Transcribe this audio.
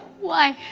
why?